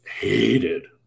hated